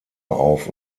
auf